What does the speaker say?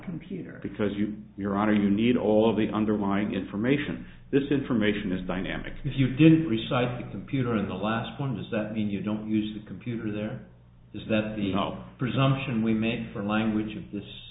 computer because you your honor you need all of the underlying information this information is dynamic if you didn't resize the computer in the last one does that mean you don't use the computer there is that the not presumption we make for language of this